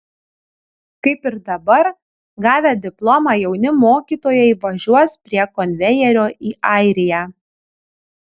kaip ir dabar gavę diplomą jauni mokytojai važiuos prie konvejerio į airiją